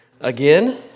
again